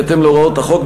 בהתאם להוראות החוק,